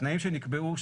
התנאים שנקבעו,